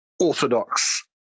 orthodox